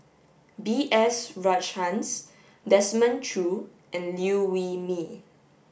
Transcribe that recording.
B S Rajhans Desmond Choo and Liew Wee Mee